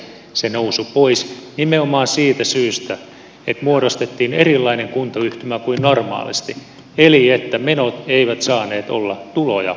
nyt maakuntakokeilulla saatiin se nousu pois nimenomaan siitä syystä että muodostettiin erilainen kuntayhtymä kuin normaalisti eli että menot eivät saaneet olla tuloja suurempia